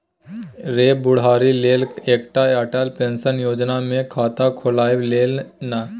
रे बुढ़ारी लेल एकटा अटल पेंशन योजना मे खाता खोलबाए ले ना